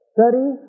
Study